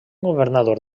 governador